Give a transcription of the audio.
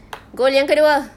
goal yang kedua